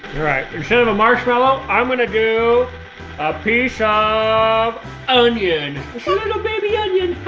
alright instead of a marshmallow, i'm gonna do a piece ah ah of onion. it's a little baby onion